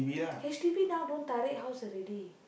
H_D_B now don't tarik house already